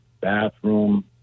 bathroom